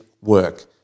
work